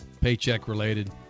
paycheck-related